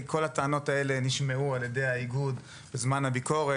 כל הטענות האלה נשמעו על ידי האיגוד בזמן הביקורת,